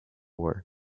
war